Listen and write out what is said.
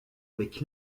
avec